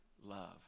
love